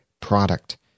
product